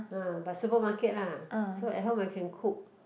uh but supermarket lah so at home I can cook